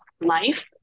life